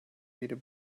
either